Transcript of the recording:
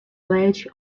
ledge